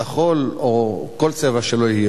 כחול או כל צבע שלא יהיה,